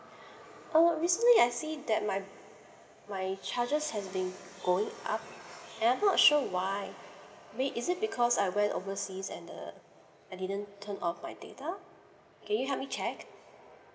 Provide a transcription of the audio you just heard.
uh recently I see that my my charges has been going up and I'm not sure why wait is it because I went overseas and the I didn't turn off my data can you help me check